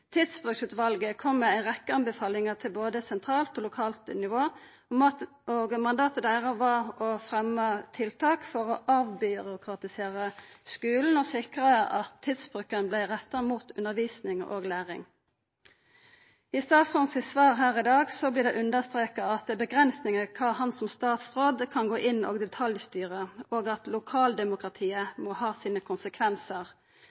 kom med ei rekkje anbefalingar til både sentralt og lokalt nivå, og mandatet deira var å fremja tiltak for å avbyråkratisera skulen og sikra at tidsbruken vart retta mot undervisning og læring. I statsråden sitt svar her i dag vert det understreka at det er grenser for kva han som statsråd kan gå inn og detaljstyra, og at